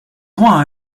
why